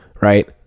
right